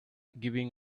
giving